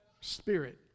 spirit